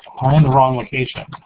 um and wrong location?